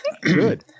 good